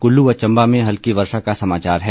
कुल्लू व चंबा में हल्की वर्षा का समाचार है